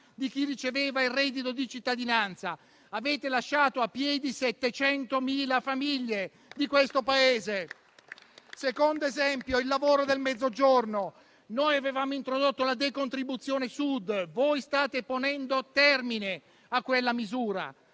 di chi riceveva il reddito di cittadinanza. Avete lasciato a piedi 700.000 famiglie di questo Paese. Il secondo esempio riguarda il lavoro del Mezzogiorno. Noi avevamo introdotto la decontribuzione Sud e voi state ponendo termine a quella misura,